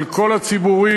של כל הציבורים,